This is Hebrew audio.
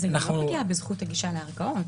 זה לא פגיעה בזכות הגישה לערכאות,